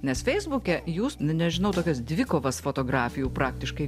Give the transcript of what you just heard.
nes feisbuke jūs nu nežinau tokias dvikovas fotografijų praktiškai